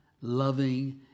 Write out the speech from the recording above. loving